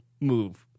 move